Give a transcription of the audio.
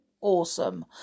awesome